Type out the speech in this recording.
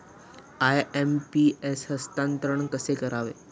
IMPS हस्तांतरण कसे करावे?